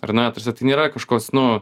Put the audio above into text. ar ne tarsi tai nėra kažkoks nu